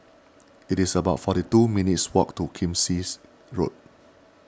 it is about forty two minutes' walk to Kismis Road